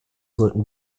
sollten